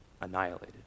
annihilated